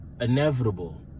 inevitable